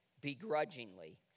begrudgingly